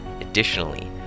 Additionally